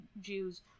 Jews